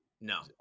no